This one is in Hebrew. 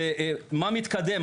ומה מתקדם?